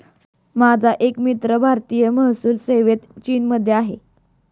माझा एक मित्र भारतीय महसूल सेवेत चीनमध्ये आहे